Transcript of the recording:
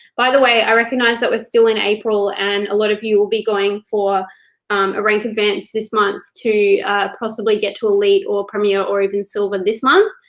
by the way, i recognize that we're still in april, and a lot of you will be going for a rank advance this month to possibly get to elite or premier or even silver this month,